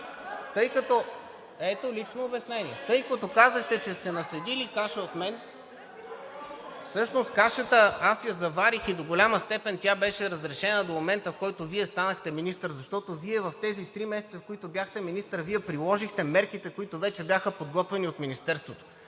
тъй като казахте, че сте наследили каша от мен (шум и реплики), всъщност кашата аз я заварих и до голяма степен тя беше разрешена до момента, в който Вие станахте министър. Вие в тези три месеца, в които бяхте министър, приложихте мерките, които вече бяха подготвени от Министерството.